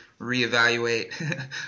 reevaluate